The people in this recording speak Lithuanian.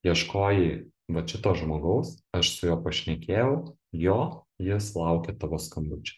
ieškojai vat šito žmogaus aš su juo pašnekėjau jo jis laukia tavo skambučio